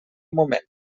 moment